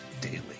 Daily